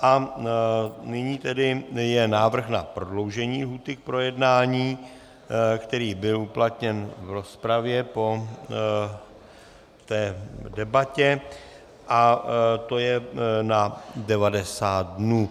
A nyní tedy je návrh na prodloužení lhůty k projednání, který byl uplatněn v rozpravě po té debatě, a to je na 90 dnů.